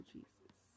Jesus